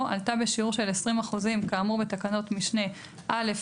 עלתה בשיעור של 20% כאמור בתקנות משנה (א),